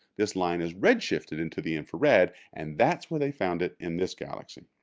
this line is redshifted into the infrared and that's where they found it in this galaxy.